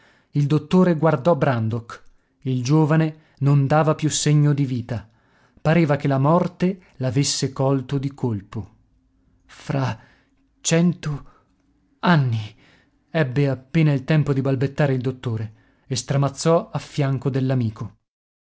il dottore guardò brandok il giovane non dava più segno di vita pareva che la morte l'avesse colto di colpo fra cento anni ebbe appena il tempo di balbettare il dottore e stramazzò